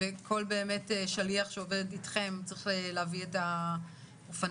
וכל שליח שעובד איתכם צריך להביא את האופניים?